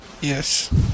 Yes